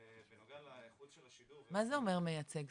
בנוגע לאיכות של השידור --- מה זה אומר מייצג?